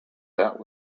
that